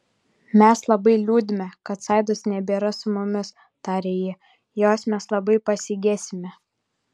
mes labai liūdime kad saidos nebėra su mumis tarė ji jos mes labai pasigesime